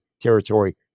territory